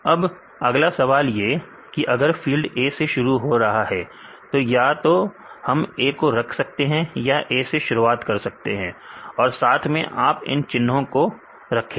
अब अगला सवाल ये कि अगर फील्ड A से शुरू हो रहा है तो या तो हम A को रख सकते हैं या A से शुरुआत कर सकते हैं और साथ में आप इन चिन्हों को रखेंगे